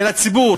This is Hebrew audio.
הציבור,